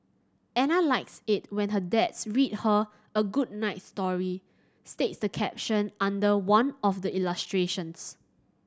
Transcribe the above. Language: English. Ana likes it when her dads read her a good night story states the caption under one of the illustrations